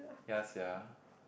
ya sia